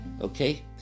okay